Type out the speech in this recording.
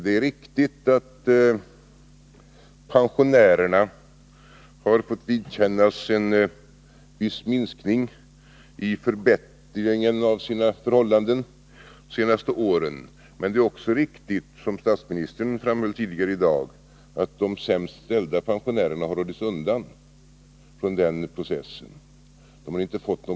Det är riktigt att pensionärerna har fått vidkännas en viss minskning i förbättringen av sina förhållanden under de senaste åren. Men det är också riktigt — som statsministern framhöll tidigare i dag — att de sämst ställda pensionärerna har hållits undan från den processen.